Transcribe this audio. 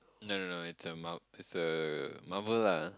no no no it's a mar~ it's a Marvel lah